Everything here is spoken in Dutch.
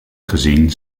gezien